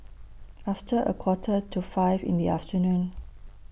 after A Quarter to five in The afternoon